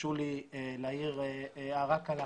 תרשו לי להעיר הערה קלה.